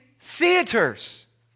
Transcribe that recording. theaters